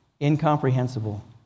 Incomprehensible